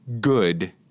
Good